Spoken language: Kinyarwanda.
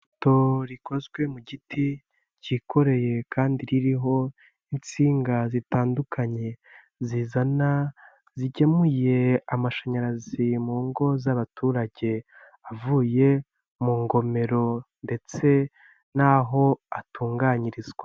Ipoto rikozwe mu giti cyikoreye kandi ririho itsinga zitandukanye zizana zigemuye amashanyarazi mu ngo z'abaturage avuye mu ngomero ndetse n'aho atunganyirizwa.